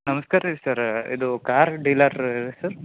ನಮ್ಸ್ಕಾರ ರೀ ಸರ ಇದು ಕಾರ್ ಡೀಲರ್ರಾ ಸರ್